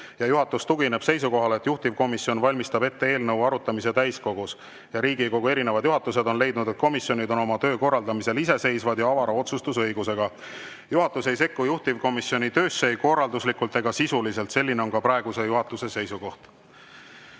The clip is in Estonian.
Juhatus tugineb seisukohale, et juhtivkomisjon valmistab ette eelnõu arutamise täiskogus, ja Riigikogu erinevad juhatused on leidnud, et komisjonid on oma töö korraldamisel iseseisvad ja avara otsustusõigusega. Juhatus ei sekku juhtivkomisjoni töösse ei korralduslikult ega sisuliselt. Selline on praeguse juhatuse seisukoht.